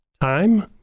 time